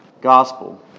gospel